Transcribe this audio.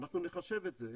אנחנו נחַשב את זה.